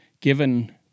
given